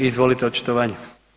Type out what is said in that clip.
I izvolite očitovanje.